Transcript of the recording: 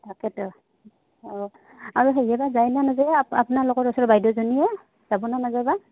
যায় ন নাযায় আপোনালোকৰ বাইদেউজনীয়ে যাব নে নাযায় বা